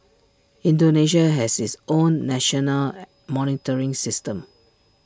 Indonesia has its own national monitoring system